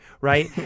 right